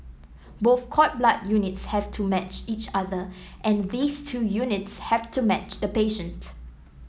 both cord blood units have to match each other and these two units have to match the patient